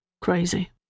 crazy